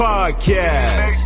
Podcast